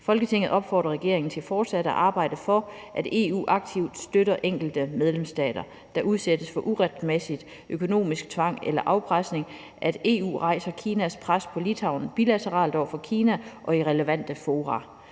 Folketinget opfordrer regeringen til fortsat at arbejde for, at EU aktivt støtter enkelte medlemsstater, der udsættes for uretmæssig økonomisk tvang eller afpresning, at EU rejser Kinas pres på Litauen bilateralt over for Kina og i relevante fora,